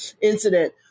incident